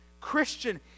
Christian